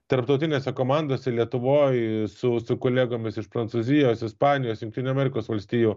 tarptautinėse komandose lietuvoj su kolegomis iš prancūzijos ispanijos jungtinių amerikos valstijų